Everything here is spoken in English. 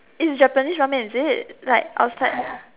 is Japanese ramen is it like outside